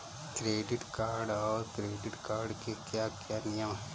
Debit card और credit card के क्या क्या नियम हैं?